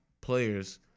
players